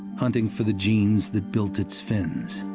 hunting for the genes that built its fins.